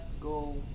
go